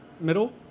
middle